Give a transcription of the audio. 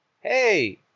hey